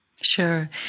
Sure